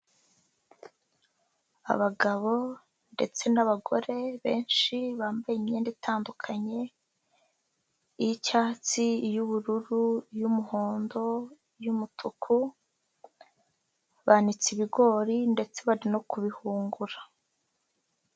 Abagabo ndetse n'abagore benshi bambaye imyenda itandukanye, iy'icyatsi, y'ubururu, iy'umuhondo, iy'umutuku, banitse ibigori ndetse bari no kubihungura.